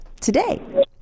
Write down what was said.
today